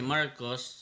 Marcos